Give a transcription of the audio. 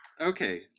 okay